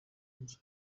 nzu